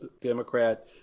Democrat